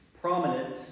prominent